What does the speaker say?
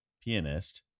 pianist